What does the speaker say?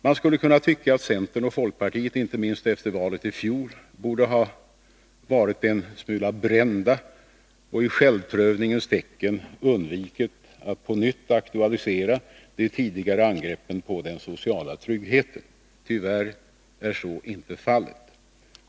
Man skulle kunna tycka att centern och folkpartiet, inte minst efter valet i fjol, borde ha varit en smula brända och i självprövningens tecken undvikit att på nytt aktualisera de tidigare angreppen på den sociala tryggheten. Tyvärr är så inte fallet.